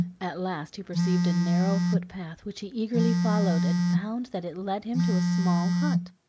at last he perceived a narrow foot-path, which he eagerly followed and found that it led him to a small hut.